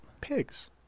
Pigs